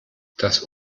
das